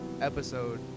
episode